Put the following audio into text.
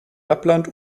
lappland